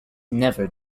never